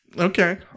Okay